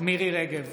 מרים רגב,